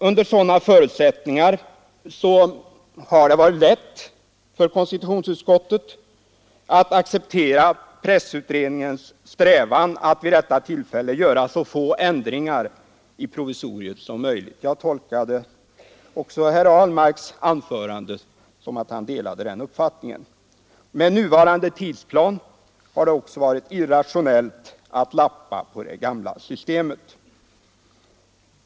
Under sådana förutsättningar har det varit lätt för konstitutionsutskottet att acceptera pressutredningens strävan att vid detta tillfälle göra så få ändringar som möjligt i provisoriet. Jag tolkade också herr Ahlmarks anförande så att han där hade samma uppfattning. Med nuvarande tidsplan har det också varit irrationellt att lappa på det gamla systemet.